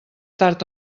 tard